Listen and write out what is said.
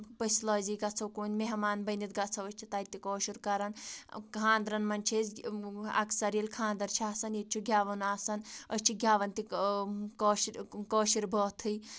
پٔژھۍ لٲزی گژھو کُن مٮ۪ہمان بٔنِتھ گژھو أسۍ چھِ تَتہِ تہِ کٲشُر کَران خانٛدرَن منٛز چھِ أسۍ اَکثر ییٚلہِ خانٛدر چھِ آسان ییٚتہِ چھُ گٮ۪وُن آسان أسۍ چھِ گٮ۪وان تہِ کٲشُر کٲشِر بٲتھٕے